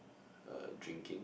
uh drinking